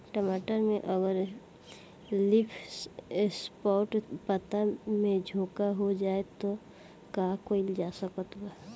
टमाटर में अगर लीफ स्पॉट पता में झोंका हो जाएँ त का कइल जा सकत बा?